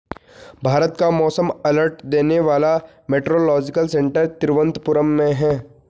भारत का मौसम अलर्ट देने वाला मेट्रोलॉजिकल सेंटर तिरुवंतपुरम में है